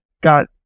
got